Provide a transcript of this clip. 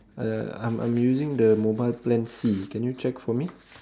uh I'm I'm using the mobile plan C can you check for me